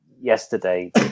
yesterday